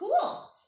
Cool